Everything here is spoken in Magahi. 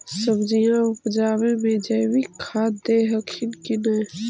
सब्जिया उपजाबे मे जैवीक खाद दे हखिन की नैय?